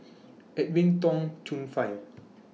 Edwin Tong Chun Fai